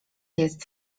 jest